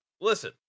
listen